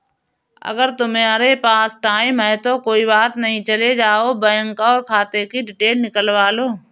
अगर तुम्हारे पास टाइम है तो कोई बात नहीं चले जाओ बैंक और खाते कि डिटेल निकलवा लो